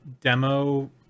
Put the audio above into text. demo